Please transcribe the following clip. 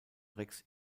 rex